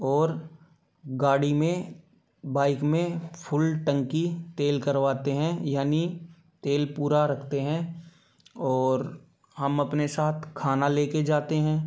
और गाड़ी में बाइक में फुल टंकी तेल करवाते हैं यानि तेल पूरा रखते हैं और हम अपने साथ खाना लेकर जाते हैं